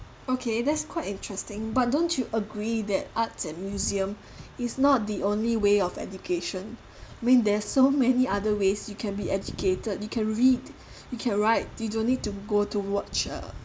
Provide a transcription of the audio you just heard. okay that's quite interesting but don't you agree that arts and museum is not the only way of education when there's so many other ways you can be educated you can read you can write you don't need to go to watch uh